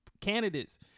candidates